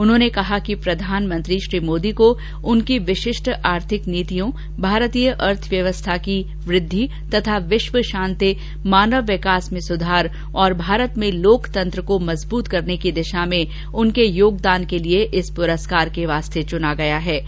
उन्होंने कहा कि प्रधानमंत्री श्री मोदी को उनकी विशिष्ठ आर्थिक नीतियों भारतीय अर्थव्यवस्था की वृद्धि तथा विश्व शांति मानव विकास में सुधार और भारत में लोकतंत्र को मजबूत करने की दिशा में उनके योगदानके लिए इस पुरस्कार के लिए चुना गयाहै